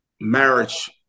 marriage